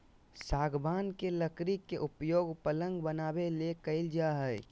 सागवान के लकड़ी के उपयोग पलंग बनाबे ले कईल जा हइ